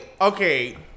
okay